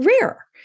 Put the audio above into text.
rare